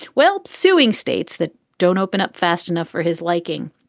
well, suing states that don't open up fast enough for his liking.